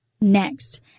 next